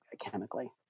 chemically